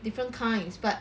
different kinds but